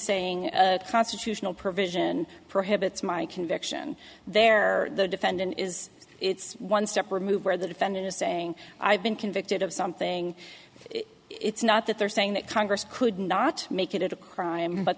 saying constitutional provision prohibits my conviction there the defendant is it's one step removed where the defendant is saying i've been convicted of something it's not that they're saying that congress could not make it a crime but